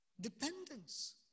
dependence